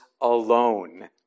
alone